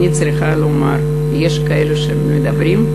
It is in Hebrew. אני צריכה לומר: יש כאלה שמדברים,